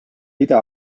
ida